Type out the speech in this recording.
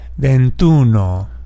Ventuno